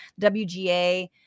WGA